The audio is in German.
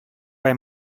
bei